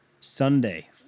Sunday